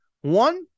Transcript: One